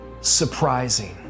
surprising